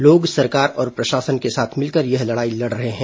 लोग सरकार और प्रशासन के साथ मिलकर यह लड़ाई लड़ रहे हैं